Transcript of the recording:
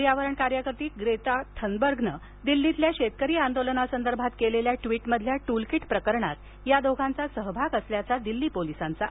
पर्यावरण कार्यकर्ती ग्रेटा थ्रेनबर्गने दिल्लीतल्या शेतकरी आंदोलनासंदर्भात केलेल्या ट्विटमधील टूलकिट प्रकरणात या दोघांचा सहभाग असल्याचा दिल्ली पोलिसांचा आरोप आहे